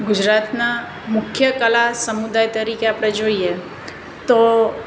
ગુજરાતના મુખ્ય કલા સમુદાય તરીકે આપણે જોઈએ તો